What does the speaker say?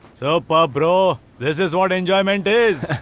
so but bro. this is what enjoyment is.